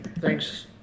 Thanks